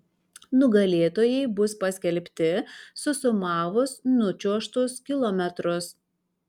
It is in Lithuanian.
nugalėtojai bus paskelbti susumavus nučiuožtus kilometrus